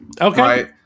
Okay